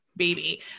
baby